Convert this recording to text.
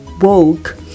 woke